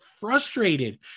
frustrated